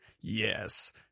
Yes